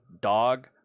Dog